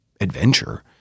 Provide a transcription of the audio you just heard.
adventure